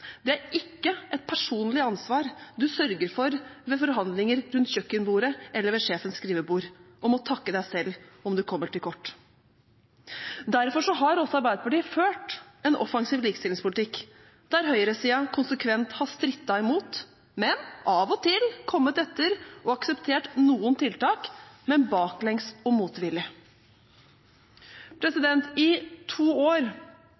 Det er ikke et personlig ansvar du sørger for ved forhandlinger rundt kjøkkenbordet eller ved sjefens skrivebord og må takke deg selv om du kommer til kort. Derfor har også Arbeiderpartiet ført en offensiv likestillingspolitikk, der høyresiden konsekvent har strittet imot, men av og til kommet etter og akseptert noen tiltak – men baklengs og motvillig. I to år